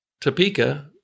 Topeka